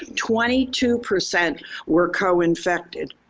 twenty-two percent were co-infected.